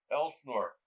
Elsnor